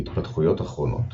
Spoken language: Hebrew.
התפתחויות אחרונות